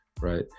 right